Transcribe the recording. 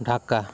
Dhaka